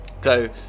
go